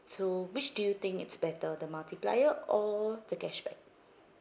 so which do you think it's better the multiplier or the cashback